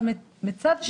מצד שלישי,